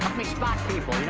me spot people, you